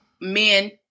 men